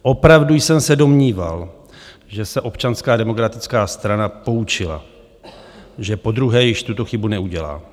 Opravdu jsem se domníval, že se Občanská demokratická strana poučila, že podruhé již tuto chybu neudělá.